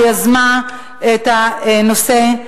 שיזמה את הנושא.